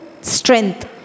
strength